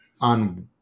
on